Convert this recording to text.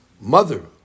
Mother